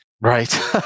Right